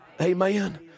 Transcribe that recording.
amen